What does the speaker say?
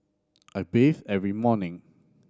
I bathe every morning